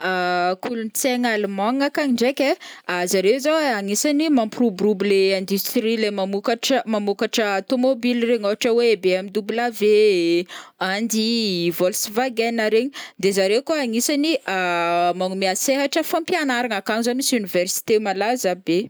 Kolontsaigna Alemagnina akagny ndraiky ai, zare zao ai agnisany mampiroborobo le industrie le mamokatra- mamokatra tomobila regny ôhatra oe BMW, andi, volks wagen regny, de zare koa agnisany magnome sehatra fampiagnarana akagny zao misy université malaza be.